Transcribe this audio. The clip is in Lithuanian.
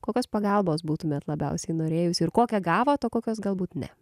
kokios pagalbos būtumėt labiausiai norėjusi ir kokią gavot o kokios galbūt ne